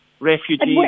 Refugees